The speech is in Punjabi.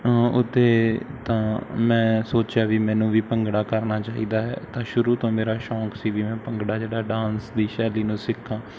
ਹਾਂ ਉੱਤੇ ਤਾਂ ਮੈਂ ਸੋਚਿਆ ਵੀ ਮੈਨੂੰ ਵੀ ਭੰਗੜਾ ਕਰਨਾ ਚਾਹੀਦਾ ਹੈ ਤਾਂ ਸ਼ੁਰੂ ਤੋਂ ਮੇਰਾ ਸ਼ੌਂਕ ਸੀ ਵੀ ਮੈਂ ਭੰਗੜਾ ਜਿਹੜਾ ਡਾਂਸ ਦੀ ਸ਼ੈਲੀ ਨੂੰ ਸਿੱਖਾਂ